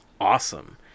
awesome